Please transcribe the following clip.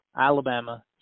Alabama